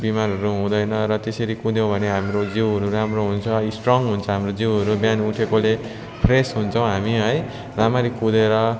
बिमारहरू हुँदैन र त्यसरी कुद्यौँ भने हाम्रो जिउहरू राम्रो हुन्छ स्ट्रङ हुन्छ हाम्रो जिउहरू बिहान उठेकोले फ्रेस हुन्छौँ हामी है राम्ररी कुदेर